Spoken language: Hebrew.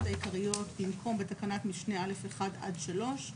העיקריות במקום "בתקנת משנה (א)(1) עד (3)